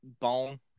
bone